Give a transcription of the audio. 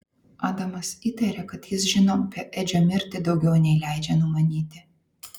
adamas įtarė kad jis žino apie edžio mirtį daugiau nei leidžia numanyti